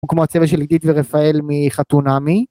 וכמו הצבע של אידית ורפאל מחתונמי